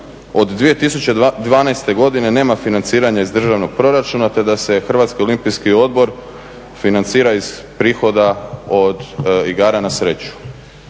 od 2012. godine nema financiranja iz državnog proračuna te da se Hrvatski olimpijski odbor financira iz prihoda od igara na sreću.